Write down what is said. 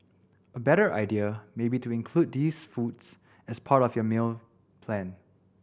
a better idea may be to include these foods as part of your meal plan